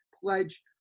Pledge